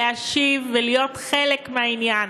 להשיב ולהיות חלק מהעניין.